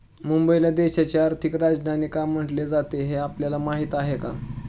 मुंबईला देशाची आर्थिक राजधानी का म्हटले जाते, हे आपल्याला माहीत आहे का?